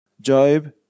Job